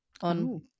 on